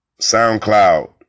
SoundCloud